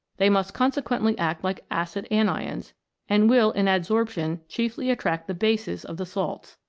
they must consequently act like acid anions, and will in adsorption chiefly attract the bases of the salts.